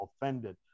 offended